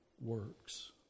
works